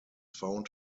found